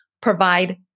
provide